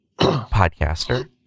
podcaster